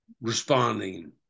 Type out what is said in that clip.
responding